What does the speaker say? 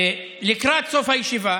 לקראת סוף הישיבה,